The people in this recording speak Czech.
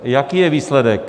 Jaký je výsledek?